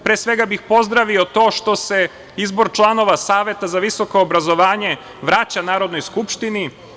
Pre svega bih pozdravio to što se izbor članova Saveta za visoko obrazovanje vraća Narodnoj skupštini.